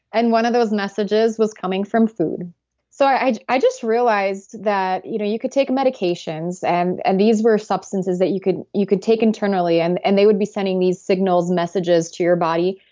and one of those messages was coming from food so i i just realized that you know you could take medications, and and these were substances that you could you could take internally. and and they would be sending these signals, messages, to your body.